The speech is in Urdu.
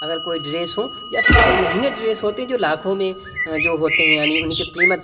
اغر کوئی ڈریس ہو یا پھر جو مہنگے ڈریس ہوتے ہیں جو لاکھوں میں جو ہوتے ہیں یعنی ان کی قیمت